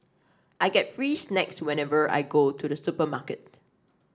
I get free snacks whenever I go to the supermarket